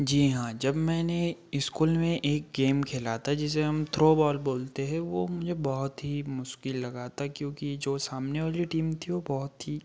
जी हाँ जब मैंने स्कूल में एक गेम खेला था जिसे हम थ्रो बॉल बोलते हैं वह मुझे बहुत ही मुश्किल लगा था क्योंकि जो सामने वाली टीम थी वह बहुत ही